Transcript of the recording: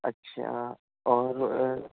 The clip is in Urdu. اچھا اور